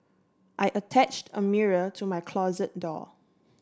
I attached a mirror to my closet door